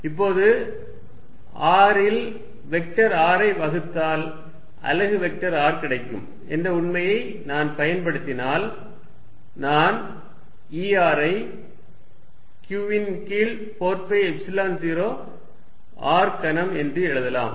இப்போது r ஆல் vector r ஐ வகுத்தால் அலகு வெக்டர் r கிடைக்கும் என்ற உண்மையை நான் பயன்படுத்தினால் நான் E r ஐ q ன் கீழ் 4 பை எப்சிலன் 0 r கனம் என்று எழுதலாம்